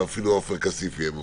ואפילו עופר כסיף יהיה מרוצה.